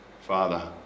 Father